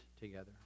together